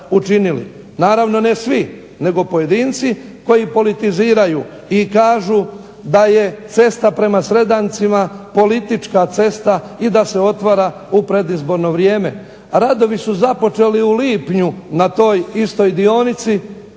Naravno ne svi, nego pojedinci koji politiziraju i kažu da je cesta prema Sredancima politička cesta i da se otvara u predizborno vrijeme. Radovi su započeli u lipnju na toj istoj dionici